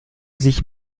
sich